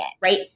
right